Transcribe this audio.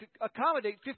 accommodate